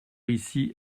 ici